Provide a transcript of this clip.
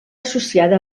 associada